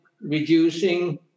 reducing